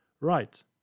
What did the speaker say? right